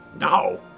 No